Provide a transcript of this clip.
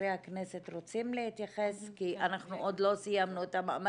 וחברי הכנסת רוצים להתייחס כי אנחנו עוד לא סיימנו את המאמרים,